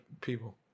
people